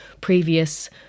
previous